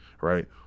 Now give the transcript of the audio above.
right